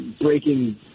breaking